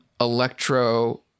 electro